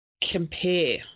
compare